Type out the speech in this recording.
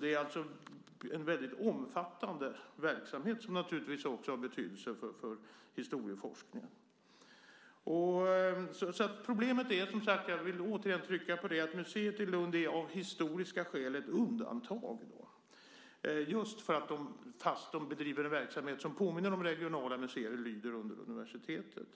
Det är alltså en mycket omfattande verksamhet, och den har naturligtvis betydelse för historieforskningen. Jag vill återigen framhålla att museet i Lund av historiska skäl är ett undantag. Trots att man bedriver en verksamhet som påminner om regionala museer lyder man under universitetet.